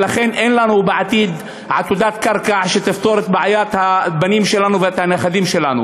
ולכן אין לנו עתודות קרקע שיפתרו את בעיית הבנים והנכדים שלנו,